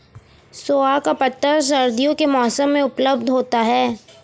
सोआ का पत्ता सर्दियों के मौसम में उपलब्ध होता है